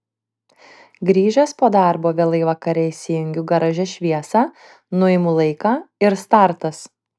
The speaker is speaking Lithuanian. grįžęs po darbo vėlai vakare įsijungiu garaže šviesą nuimu laiką ir startas